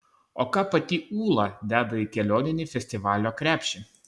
o ką pati ūla deda į kelioninį festivalio krepšį